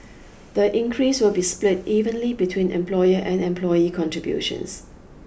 The increase will be split evenly between employer and employee contributions